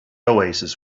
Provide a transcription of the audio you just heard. oasis